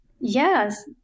Yes